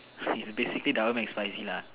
so it's basically double Mac spicy lah